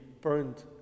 burned